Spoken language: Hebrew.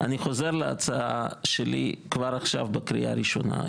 חוזר להצעה שלי כבר עכשיו בקריאה ראשונה.